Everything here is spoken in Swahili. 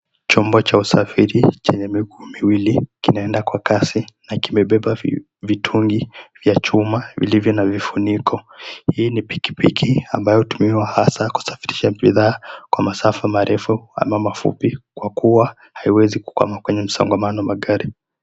Chombo cha usafiri chenye miguu miwili kinaenda kwa kasi na kimebeba vitungi vya chuma vilivyo na vifuniko. Hii ni pikipiki ambayo hutumika hasa kusafirisha bidhaa kwa masafa marefu ama mafupi kwakua haiwezi kukwama kwenye msingamano wa magari.